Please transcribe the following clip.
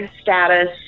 status